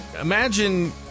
imagine